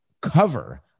cover